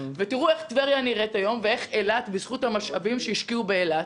ותראו איך טבריה נראית היום ואיך אילת בזכות המשאבים שהשקיעו באילת.